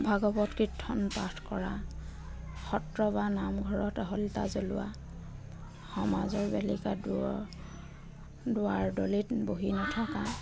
ভাগৱত কীৰ্তন পাঠ কৰা সত্ৰ বা নামঘৰত শলিতা জ্বলোৱা সমাজৰ বেলিকা দূৰৰ দুৱাৰ দলিত বহি নথকা